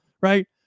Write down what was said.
right